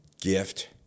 gift